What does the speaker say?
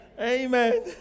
Amen